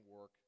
work